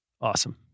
awesome